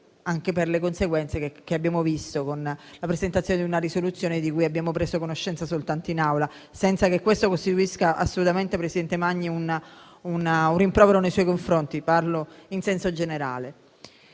anche per le conseguenze che abbiamo visto con la presentazione di una proposta di risoluzione di cui abbiamo preso conoscenza soltanto in Aula, senza che questo costituisca assolutamente, presidente Magni, un rimprovero nei suoi confronti; sto parlando in senso generale.